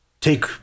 take